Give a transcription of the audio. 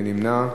מי נמנע?